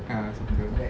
ah soccer